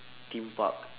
theme park